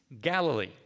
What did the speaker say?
Galilee